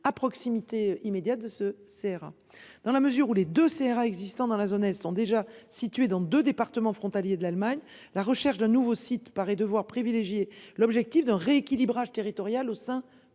à proximité immédiate de se sert dans la mesure où les deux CRA existant dans la zone. Elles sont déjà situés dans 2 départements frontaliers de l'Allemagne, la recherche d'un nouveau site paraît devoir privilégier l'objectif d'un rééquilibrage territorial au sein de cette